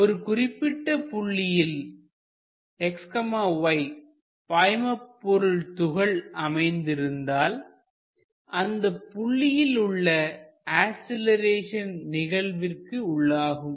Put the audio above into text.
ஒரு குறிப்பிட்ட புள்ளியில் xy பாய்மபொருள் துகள் அமைந்திருந்தால் அது புள்ளியில் உள்ள அசிலரேஷன் நிகழ்விற்கு உள்ளாகும்